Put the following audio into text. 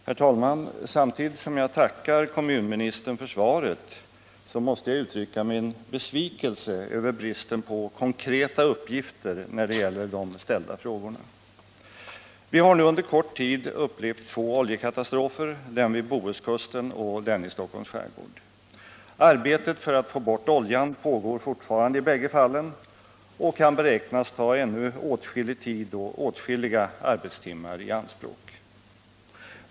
Herr talman! Samtidigt som jag tackar kommunministern för svaret måste jag uttrycka min besvikelse över bristen på konkreta uppgifter när det gäller de ställda frågorna. Vi har nu under kort tid upplevt två oljekatastrofer — den vid Bohuskusten och den i Stockholms skärgård. Arbetet för att få bort oljan pågår fortfarande i bägge fallen och kan beräknas ta ännu åtskillig tid och åtskilliga arbetstimmar i anspråk.